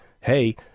hey